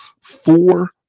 four